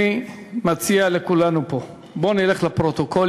אני מציע לכולנו פה, בואו נלך לפרוטוקולים.